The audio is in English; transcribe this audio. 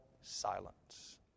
silence